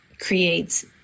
creates